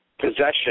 Possession